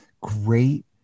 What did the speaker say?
great